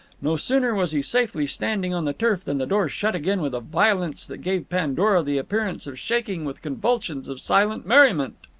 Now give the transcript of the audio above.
no sooner was he safely standing on the turf than the door shut again with a violence that gave pandora the appearance of shaking with convulsions of silent merriment.